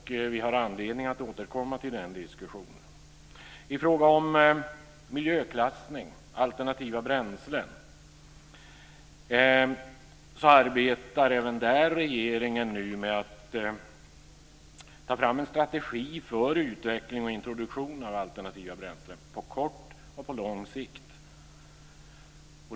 Vi får anledning att återkomma till den diskussionen. I fråga om miljöklassning och alternativa bränslen arbetar regeringen nu med att ta fram en strategi för utveckling och introduktion av alternativa bränslen på kort och på lång sikt.